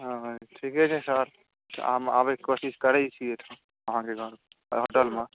ठीके छै सर हम अयबाक कोशिश करै छी अहाँके गाम होटलमे